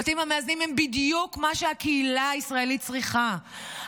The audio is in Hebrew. הבתים המאזנים הם בדיוק מה שהקהילה הישראלית צריכה,